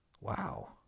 wow